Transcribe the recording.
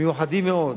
מיוחדים מאוד,